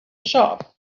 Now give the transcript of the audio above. shop